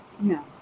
No